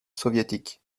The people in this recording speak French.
soviétique